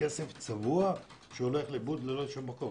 כסף צבוע שלא הולך לשום מקום.